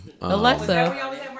Alexa